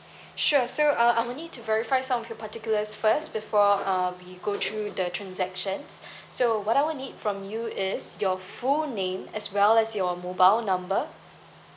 sure so uh I will need to verify some of your particulars first before uh we go through the transactions so what I will need from you is your full name as well as your mobile number